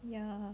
ya